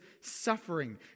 suffering